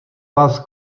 vás